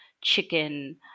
chicken